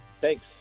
Thanks